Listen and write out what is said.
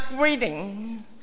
reading